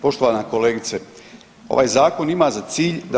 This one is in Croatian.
Poštovana kolegice ovaj Zakon ima za cilj da